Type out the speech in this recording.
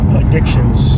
addictions